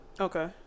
okay